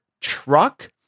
truck